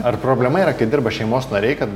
ar problema yra kai dirba šeimos nariai kad